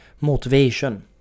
motivation